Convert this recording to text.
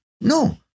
no